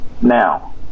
now